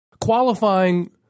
Qualifying